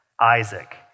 Isaac